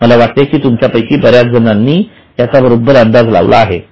मला वाटते तुमच्यापैकी बर्याच जणांनी याचा बरोबर अंदाज लावला आहे